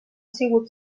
sigut